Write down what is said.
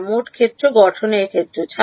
হ্যাঁ মোট ক্ষেত্র গঠনের ক্ষেত্রে